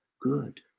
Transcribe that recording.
good